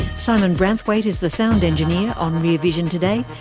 simon branthwaite is the sound engineer on rear vision today.